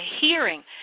hearing